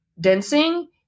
dancing